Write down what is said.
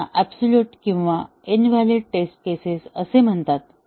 त्यांना आबसोलेट किंवा invalid test cases असे म्हणतात